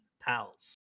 pals